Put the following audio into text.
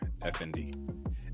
fnd